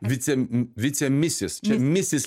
vice m vice misis čia misis